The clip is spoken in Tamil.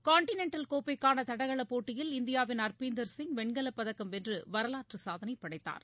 காண்டினன்டல் கோப்கைக்கான தடகளப் போட்டியில் இந்தியாவின் அர்பீந்தர் சிங் வெண்கலப் பதக்கம் வென்று வரலாற்றுச் சாதனை படைத்தார்